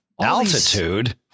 altitude